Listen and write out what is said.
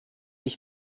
ich